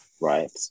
right